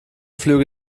flüge